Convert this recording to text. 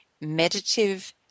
Meditative